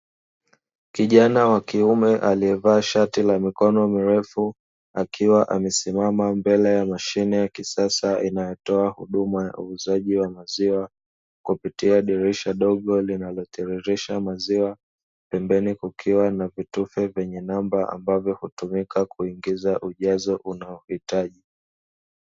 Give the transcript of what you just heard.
Kijana wakiume aliyevaa shati la mikono mirefu akiwa amesimama mbele ya mashine ya kisasa inayotoa huduma ya uuzaji wa maziwa, kupitia dirisha dogo linalotiririsha maziwa pembeni kukiwa na vitufe vyenye namba ambavyo hutumika kuingiza ujazo unaohitaji.